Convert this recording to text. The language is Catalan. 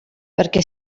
perquè